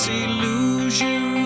illusion